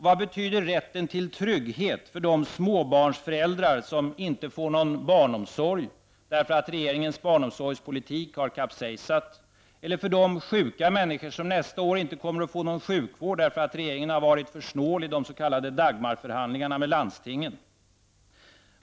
Vad betyder rätten till trygghet för de småbarnsföräldrar som inte får någon barnomsorg därför att regeringens barnomsorgspolitik har kapsejsat eller för de sjuka människor som nästa år inte kommer att få någon sjukvård därför att regeringen har varit för snål i de s.k. Dagmarförhandlingarna med landstingen?